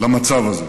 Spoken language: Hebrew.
למצב הזה,